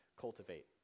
cultivate